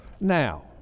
Now